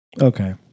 Okay